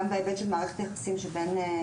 לגבי ההיבט של מערכת היחסים עם הגזבר,